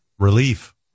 Relief